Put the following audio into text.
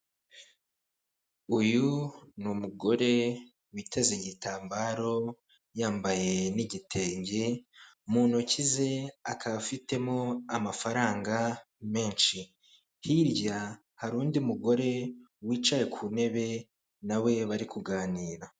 Uyu ni umugore witeze igitambaro, yambaye n'igitenge, mu ntoki ze akaba afitemo amafaranga menshi, hirya hari uwundi mugore wicaye ku ntebe nawe bari kuganira.